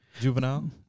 Juvenile